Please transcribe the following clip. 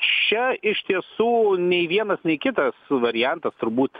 čia iš tiesų nei vienas nei kitas variantas turbūt